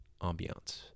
ambiance